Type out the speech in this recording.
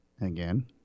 again